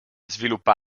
sviluppa